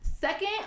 second